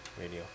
radio